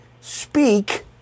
speak